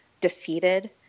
defeated